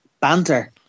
banter